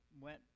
went